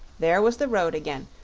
there was the road again,